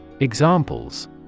Examples